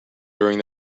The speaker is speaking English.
during